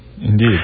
Indeed